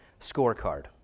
scorecard